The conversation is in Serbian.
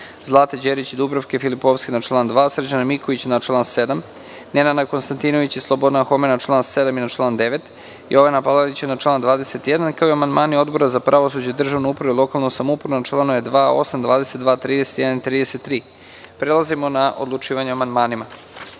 Zlate Đerić i Dubravke Filipovski na član 2, Srđana Mikovića na član 7, Nenada Konstantinovića i Slobodana Homena na član 7. i na član 9. i Jovana Palalića na član 21, kao i amandmani Odbora za pravosuđe, državnu upravu i lokalnu samoupravu na čl. 2, 8, 22, 31. i 33.Prelazimo na odlučivanje o amandmanima. Na